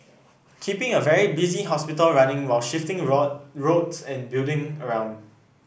keeping a very busy hospital running while shifting road roads and building around